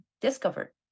discovered